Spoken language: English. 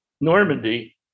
Normandy